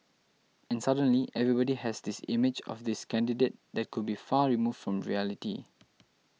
and suddenly everybody has this image of this candidate that could be far removed from reality